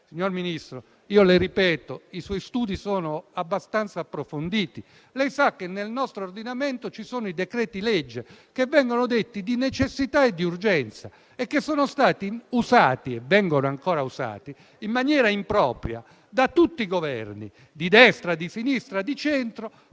Signor Ministro, le ripeto: i suoi studi sono abbastanza approfonditi e lei sa che nel nostro ordinamento ci sono i decreti-legge che sono provvedimenti di necessità e di urgenza. Essi sono stati e vengono ancora usati in maniera impropria da tutti i Governi, di destra, di sinistra, di centro,